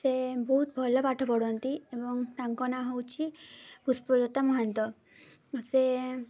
ସେ ବହୁତ ଭଲ ପାଠ ପଢ଼ନ୍ତି ଏବଂ ତାଙ୍କ ନାଁ ହେଉଛି ପୁଷ୍ପଲତା ମହାନ୍ତ ସେ